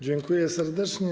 Dziękuję serdecznie.